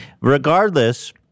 Regardless